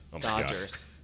Dodgers